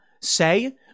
say